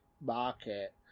market